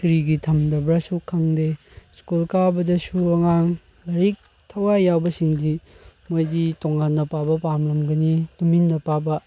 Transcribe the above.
ꯀꯔꯤꯒꯤ ꯊꯝꯗꯕ꯭ꯔꯥꯁꯨ ꯈꯪꯗꯦ ꯁ꯭ꯀꯨꯜ ꯀꯥꯕꯗꯁꯨ ꯑꯉꯥꯡ ꯂꯥꯏꯔꯤꯛ ꯊꯋꯥꯏ ꯌꯥꯎꯕꯁꯤꯡꯗꯤ ꯃꯣꯏꯗꯤ ꯇꯣꯉꯥꯟꯅ ꯄꯥꯕ ꯄꯥꯝꯂꯝꯒꯅꯤ ꯇꯨꯃꯤꯟꯅ ꯄꯥꯕ